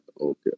okay